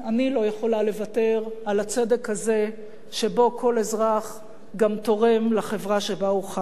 אני לא יכולה לוותר על הצדק הזה שבו כל אזרח גם תורם לחברה שבה הוא חי.